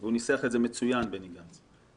הוא ניסח את זה מצוין בני גנץ,